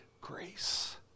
grace